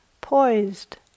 poised